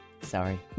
Sorry